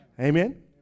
Amen